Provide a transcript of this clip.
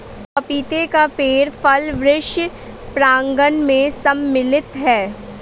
पपीते का पेड़ फल वृक्ष प्रांगण मैं सम्मिलित है